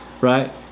Right